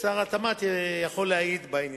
שר התמ"ת יכול להעיד על כך.